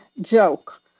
joke